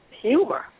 humor